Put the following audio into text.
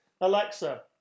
Alexa